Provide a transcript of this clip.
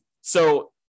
so-